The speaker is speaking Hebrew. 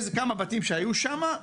כמה בתים שהיו שם,